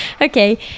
Okay